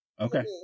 Okay